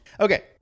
Okay